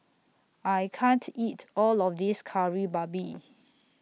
I can't eat All of This Kari Babi